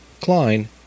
klein